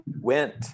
went